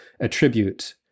attribute